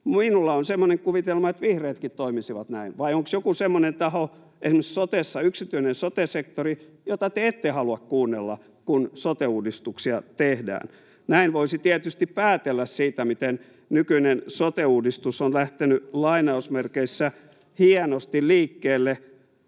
Minulla on semmoinen kuvitelma, että vihreätkin toimisivat näin. Vai onko joku semmoinen taho, esimerkiksi sotessa yksityinen sote-sektori, jota te ette halua kuunnella, kun sote-uudistuksia tehdään? Näin voisi tietysti päätellä siitä, miten nykyinen sote-uudistus on lähtenyt ”hienosti” liikkeelle.